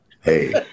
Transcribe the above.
hey